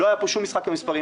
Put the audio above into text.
לא היה פה שום משחק עם מספרים.